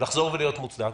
לחזור ולהיות מוצדק,